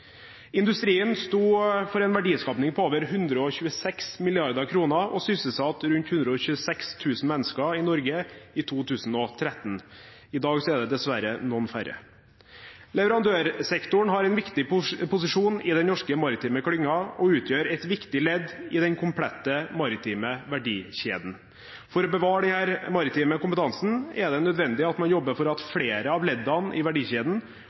Industrien sto for en verdiskapning på over 126 mrd. kr og sysselsatte rundt 126 000 mennesker i Norge i 2013. I dag er det dessverre noen færre. Leverandørsektoren har en viktig posisjon i den norske maritime klyngen og utgjør et viktig ledd i den komplette maritime verdikjeden. For å bevare denne maritime kompetansen er det nødvendig at man jobber for at flere av leddene i verdikjeden